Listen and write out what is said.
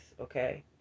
okay